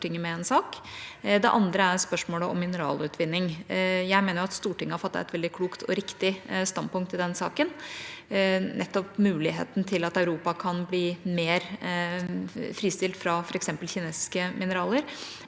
Stortinget har fattet et veldig klokt og riktig standpunkt i denne saken, muligheten til at Europa kan bli mer fristilt fra f.eks. kinesiske mineraler,